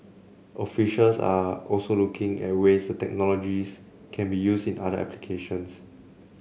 officials are also looking at ways technologies can be used in other applications